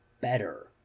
better